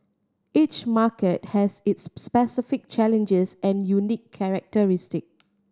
each market has its specific challenges and unique characteristic